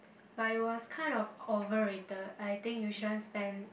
but it was kind of overrated I think you shouldn't spend